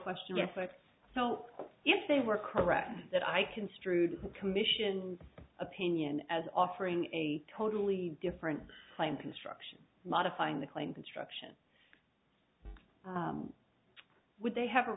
question yes but so if they were correct that i construed commissions opinion as offering a totally different claim construction modifying the claim construction would they have a